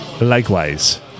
Likewise